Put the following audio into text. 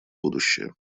будущее